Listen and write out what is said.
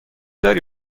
داری